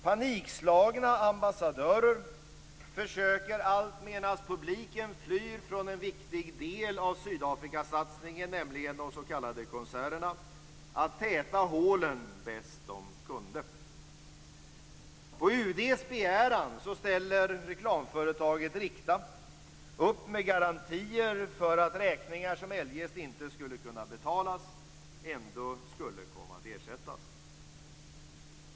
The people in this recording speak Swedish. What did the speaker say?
Panikslagna ambassadörer försöker, alltmedan publiken flyr från en viktig del av Sydafrikasatsningen, nämligen de s.k. konserterna, att täta hålen bäst de kan. På UD:s begäran ställer reklamföretaget Rikta upp med garantier för att räkningar som eljest inte skulle kunna betalas ändå skulle komma att ersättas.